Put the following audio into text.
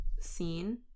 scene